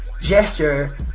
Gesture